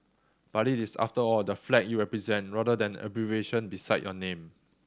but it is after all the flag you represent rather than abbreviation beside your name